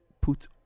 put